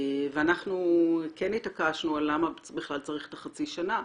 אנחנו כן התעקשנו על למה בכלל צריך את החצי שנה,